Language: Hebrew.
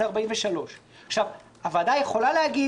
43. הוועדה יכולה לומר: